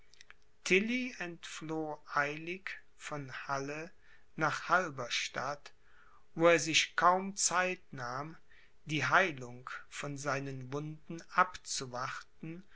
eilig von halle nach halberstadt wo er sich kaum zeit nahm die heilung von seinen wunden abzuwarten